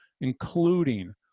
including